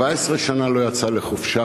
17 שנה לא יצא לחופשה.